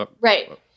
right